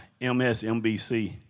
MSNBC